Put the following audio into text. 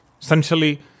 Essentially